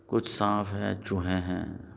کچھ سانپ ہیں چوہے ہیں